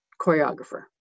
choreographer